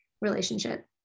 relationship